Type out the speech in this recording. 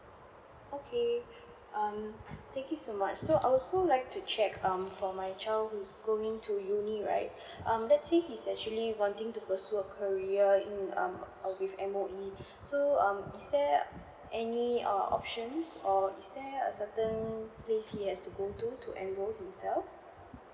okay um thank you so much so I also like to check um for my child who's going to uni right um let's say he's actually wanting to pursue a career in um with M_O_E so um is there any err options or is there a certain place he has to go to to enroll himself